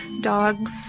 dogs